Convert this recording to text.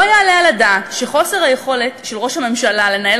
לא יעלה על הדעת שחוסר היכולת של ראש הממשלה לנהל